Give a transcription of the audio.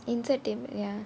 insert table ya